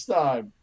time